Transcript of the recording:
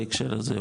בהקשר הזה,